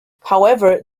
however